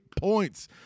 points